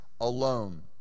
alone